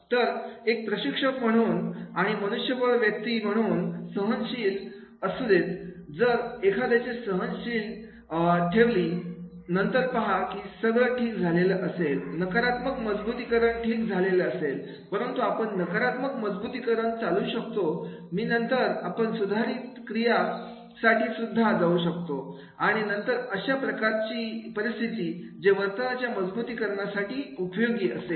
तर एक प्रशिक्षक म्हणून आणि आणि मनुष्यबळ व्यक्ती म्हणून सहनशक्ती असू देत जर एखाद्याचे सहनशक्ती ठेवली आणि नंतर पहा की सगळ ठीक झालेला असेल नकरात्मक मजबुतीकरण ठीक झालेला असेल परंतु आपण नकारात्मक मजबुतीकरण चालू शकतो मी नंतर आपण सुधारित क्रिया साठी सुद्धा जाऊ शकतो आणि नंतर अशा प्रकारची परिस्थिती जे वर्तनाच्या मजबुतीकरणासाठी उपयोगी असेल